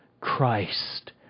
Christ